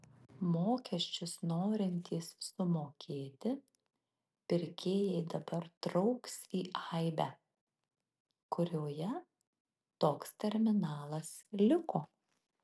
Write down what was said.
mokesčius norintys sumokėti pirkėjai dabar trauks į aibę kurioje toks terminalas liko